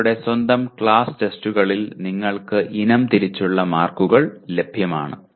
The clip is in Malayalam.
നിങ്ങളുടെ സ്വന്തം ക്ലാസ് ടെസ്റ്റുകളിൽ നിങ്ങൾക്ക് ഇനം തിരിച്ചുള്ള മാർക്കുകൾ ലഭ്യമാണ്